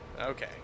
Okay